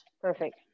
Perfect